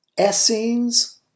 Essenes